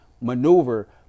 maneuver